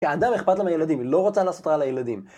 כי האדם אכפת לו מהילדים, לא רוצה לעשות רע לילדים.